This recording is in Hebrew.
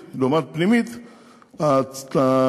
חבר הכנסת ברושי ציין בצדק את בעיות